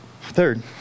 Third